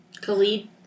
Khalid